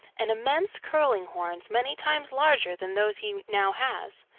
and immense curling horns many times larger than those he now has.